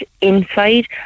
inside